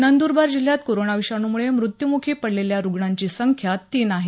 नंद्रबार जिल्ह्यात कोरोना विषाणूमुळे मृत्यूमुखी पडलेल्या रुग्णांची संख्या तीन आहे